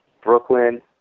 Brooklyn